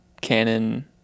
Canon